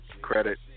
Credit